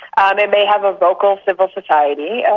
um it may have a vocal, civil society, and